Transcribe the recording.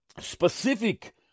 specific